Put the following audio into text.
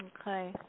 Okay